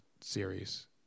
series